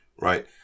right